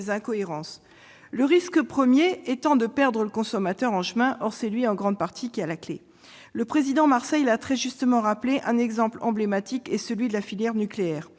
incohérences, le risque premier étant de perdre le consommateur en chemin. Or c'est lui, en grande partie, qui est la clé. Le président Marseille l'a très justement rappelé, l'exemple de la filière nucléaire